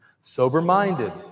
sober-minded